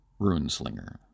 Runeslinger